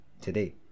today